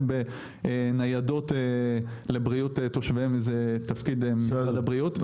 בניידות לבריאות תושביהם זה משרד הבריאות.